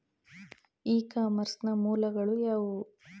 E commerce ನ ಮೂಲಗಳು ಯಾವುವು?